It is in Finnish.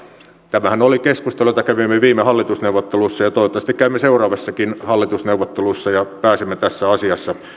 tämähän oli keskustelu jota kävimme viime hallitusneuvotteluissa ja toivottavasti käymme seuraavissakin hallitusneuvotteluissa ja pääsemme tässä asiassa